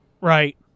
Right